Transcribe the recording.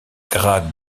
grade